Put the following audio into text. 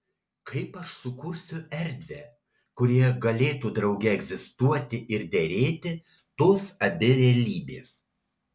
kaip aš sukursiu erdvę kurioje galėtų drauge egzistuoti ir derėti tos abi realybės